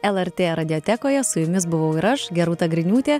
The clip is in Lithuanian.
lrt radiotekoje su jumis buvau ir aš gerūta griniūtė